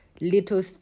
little